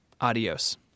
Adios